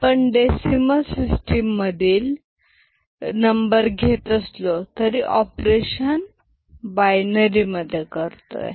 आपण decimal system मधील number घेत असलो तरी ऑपरेशन बायनरी मध्ये करतोय